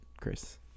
Chris